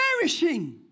perishing